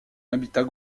habitat